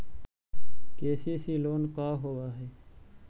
KCC loan का होब हइ?